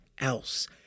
else